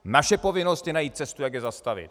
Naše povinnost je najít cestu, jak je zastavit.